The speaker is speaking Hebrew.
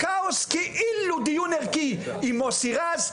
כאילו דיון ערכי עם מוסי רז,